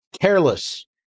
careless